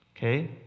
Okay